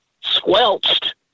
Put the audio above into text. squelched